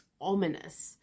ominous